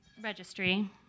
registry